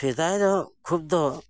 ᱥᱮᱫᱟᱭ ᱫᱚ ᱠᱷᱩᱵᱽ ᱫᱚ